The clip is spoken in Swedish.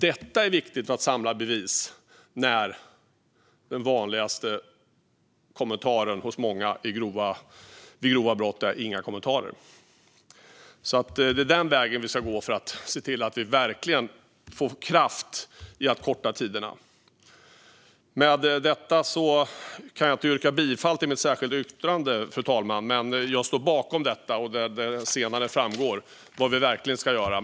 Det är viktigt att samla bevis när den vanligaste kommentaren från många vid grova brott är: Inga kommentarer. Det är den vägen vi ska gå för att se till att vi verkligen får kraft i arbetet med att korta tiderna. Jag kan inte yrka bifall till mitt särskilda yttrande, fru talman, men jag står bakom det. Där framgår det vad vi ska göra.